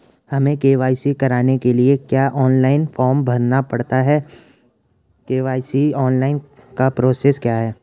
हमें के.वाई.सी कराने के लिए क्या ऑनलाइन फॉर्म भरना पड़ता है के.वाई.सी ऑनलाइन का प्रोसेस क्या है?